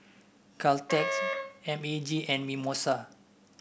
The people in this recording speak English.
Caltex M A G and Mimosa